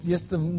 Jestem